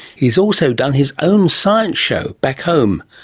he's also done his own science show back home.